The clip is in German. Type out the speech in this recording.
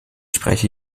spreche